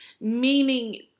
Meaning